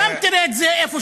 גם תראה את זה איפשהו,